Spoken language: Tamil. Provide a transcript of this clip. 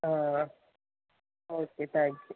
ah okay thank you